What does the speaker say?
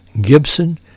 Gibson